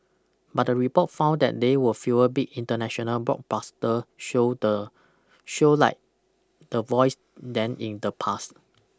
but the report found that they were fewer big international blockbuster show the show like The Voice than in the past